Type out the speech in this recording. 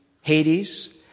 Hades